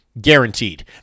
guaranteed